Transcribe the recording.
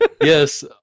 Yes